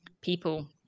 people